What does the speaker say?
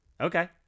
Okay